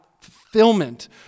fulfillment